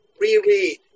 reread